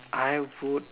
I would